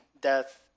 death